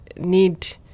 need